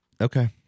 Okay